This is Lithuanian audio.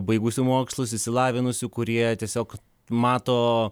baigusių mokslus išsilavinusių kurie tiesiog mato